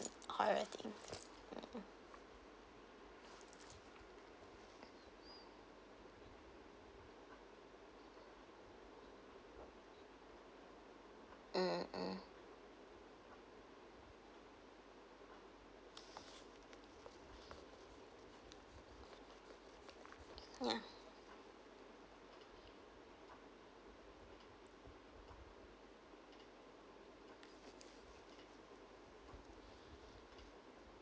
horror thing mm mm mm ya